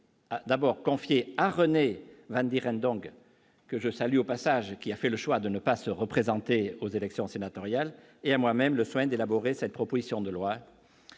d'abord confiée à René Vandierendonck, que je salue au passage, qui a fait le choix de ne pas se représenter aux élections sénatoriales et à moi-même le soin d'élaborer cette proposition de loi